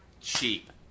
cheap